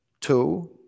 two